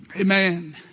Amen